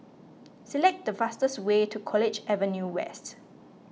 select the fastest way to College Avenue West